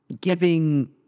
Giving